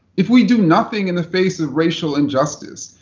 if we do nothing in the face of racial injustice,